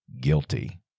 guilty